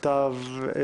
(הוראת שעה),